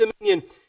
dominion